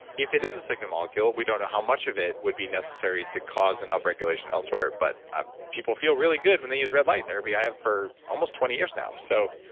if it is a signal molecule, we don't know how much of it would be necessary to cause an upregulation elsewhere. but ah people feel really good when they use red light therapy, i have for almost twenty years now. so,